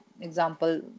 example